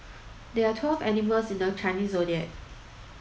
there are twelve animals in the Chinese Zodiac